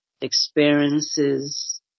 experiences